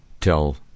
tell